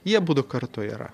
jie abudu kartu yra